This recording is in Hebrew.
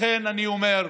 לכן אני אומר: